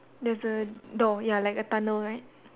there's a door ya like a tunnel right